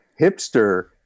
hipster